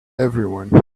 everyone